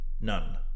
None